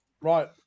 Right